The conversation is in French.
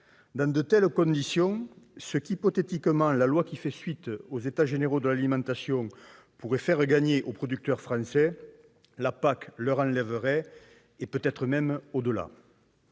Dans de telles conditions, ce que la loi qui fait suite aux états généraux de l'alimentation pourrait hypothétiquement faire gagner aux producteurs français, la PAC leur enlèverait, et peut-être même au-delà.